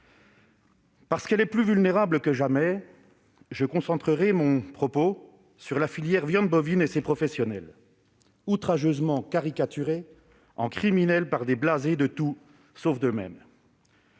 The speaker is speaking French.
Parce qu'elle est plus vulnérable que jamais, je concentrerai mon propos sur la filière viande bovine et ses professionnels, outrageusement caricaturés et présentés comme des criminels par des blasés de tout, sauf d'eux-mêmes.